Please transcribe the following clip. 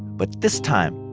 but this time,